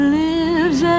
lives